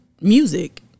music